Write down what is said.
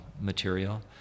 material